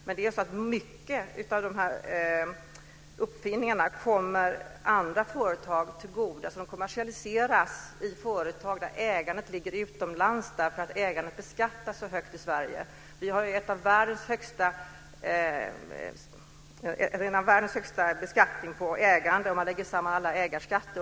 Men många av uppfinningarna kommer andra företag till godo. De kommersialiseras i företag där ägandet ligger utomlands därför att ägandet beskattas så högt i Sverige. Vi har ju en av världens högsta beskattning på ägande, om man lägger samman alla ägarskatter.